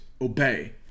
Obey